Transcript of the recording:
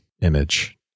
image